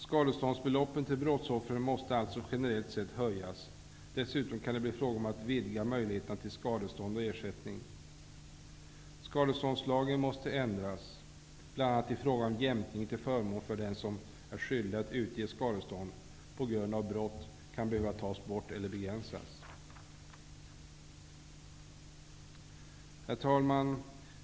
Skadeståndsbeloppen till brottsoffren måste alltså generellt sett höjas. Dessutom kan det bli fråga om att vidga möjligheterna till skadestånd och ersättning. Skadeståndslagen måste ändras, bl.a. i frågan om huruvida jämkning till förmån för den som är skyldig att utbetala skadestånd på grund av brott kan behöva tas bort eller begränsas. Herr talman!